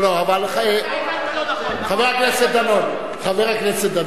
לא, לא, חבר הכנסת דנון אמר.